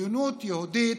עליונות יהודית